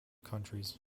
countries